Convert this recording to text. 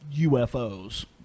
UFOs